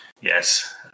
Yes